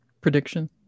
prediction